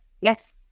Yes